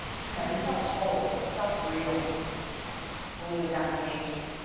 i don't know, he felt whole, like he felt real when he was out in nature.